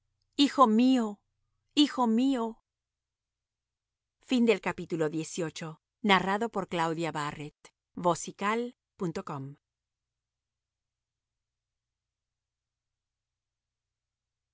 hijo mío hijo mío